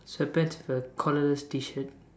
sweat pants with a collarless T-shirt